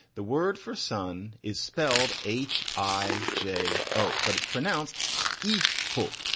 the word for son is spelled h i j o but it's pronounced e ho.